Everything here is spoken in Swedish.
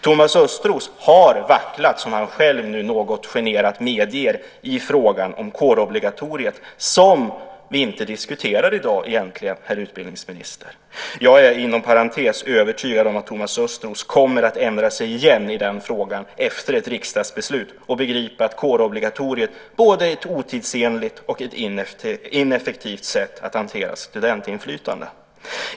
Thomas Östros har vacklat, som han själv något generad medger, i frågan om kårobligatoriet, som vi egentligen inte diskuterar i dag, herr utbildningsminister. Jag är inom parentes sagt övertygad om att Thomas Östros kommer att ändra sig igen i den frågan efter ett riksdagsbeslut och begripa att kårobligatoriet är ett både otidsenligt och ineffektivt sätt att hantera studentinflytande.